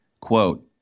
quote